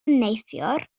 neithiwr